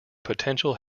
potential